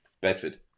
Bedford